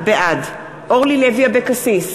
בעד אורלי לוי אבקסיס,